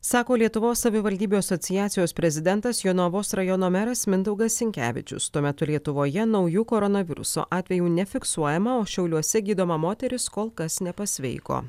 sako lietuvos savivaldybių asociacijos prezidentas jonavos rajono meras mindaugas sinkevičius tuo metu lietuvoje naujų koronaviruso atvejų nefiksuojama o šiauliuose gydoma moteris kol kas nepasveiko